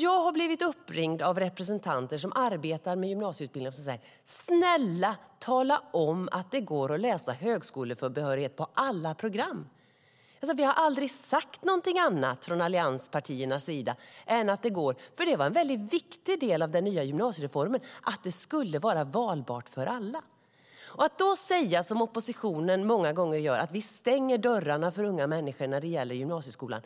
Jag har blivit uppringd av representanter som arbetar med gymnasieutbildning som säger: Snälla, tala om att det går att få högskolebehörighet på alla program! Vi har aldrig sagt någonting annat från allianspartiernas sida än att det går. Det var en viktig del av den nya gymnasiereformen att det skulle vara valbart för alla. Att då, som oppositionen många gånger gör, säga att vi stänger dörrarna för unga människor när det gäller gymnasieskolan